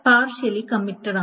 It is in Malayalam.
അത് പാർഷ്യലി കമ്മിറ്റഡാണ്